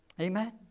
Amen